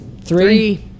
Three